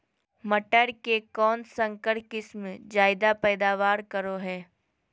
मटर के कौन संकर किस्म जायदा पैदावार करो है?